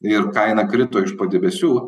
ir kaina krito iš padebesių